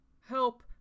help